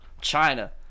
China